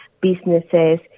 businesses